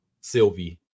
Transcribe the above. Sylvie